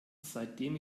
seitdem